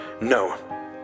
No